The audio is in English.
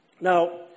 Now